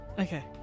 Okay